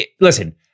listen